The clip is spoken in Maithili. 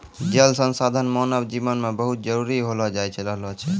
जल संसाधन मानव जिवन मे बहुत जरुरी होलो जाय रहलो छै